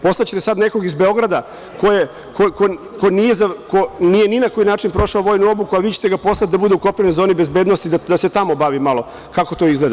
Poslaćete sad nekog iz Beograda ko nije ni na koji način prošao vojnu obuku, ali vi ćete ga poslati da bude u kopnenoj zoni bezbednosti da se tamo bavi malo, kako to izgleda.